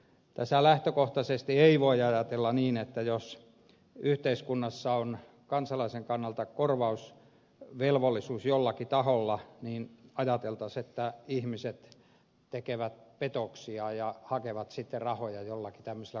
tässähän lähtökohtaisesti ei voi ajatella niin jos yhteiskunnassa on kansalaisen kannalta korvausvelvollisuus jollakin taholla että ihmiset tekevät petoksia ja hakevat sitten rahoja joillakin tämmöisillä korvauksilla